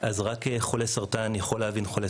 כך גם רק חולה סרטן יכול להבין חולה